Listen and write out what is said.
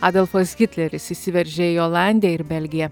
adolfas hitleris įsiveržė į olandiją ir belgiją